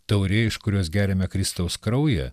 taurė iš kurios geriame kristaus kraują